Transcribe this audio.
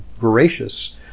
voracious